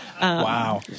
Wow